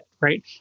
right